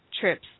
trips